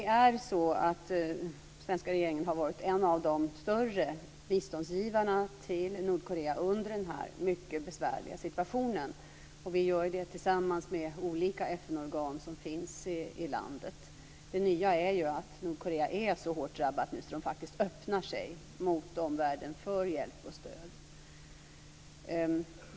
Fru talman! Svenska regeringen har varit en av de större biståndsgivarna till Nordkorea under den här mycket besvärliga situationen. Vi gör det tillsammans med de olika FN-organ som finns i landet. Det nya är att Nordkorea nu är så hårt drabbat att de öppnar sig mot omvärlden för hjälp och stöd.